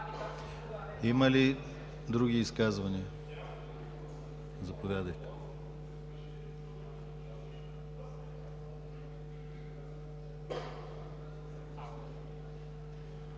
Няма. Други изказвания? Заповядайте,